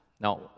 Now